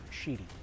Sheedy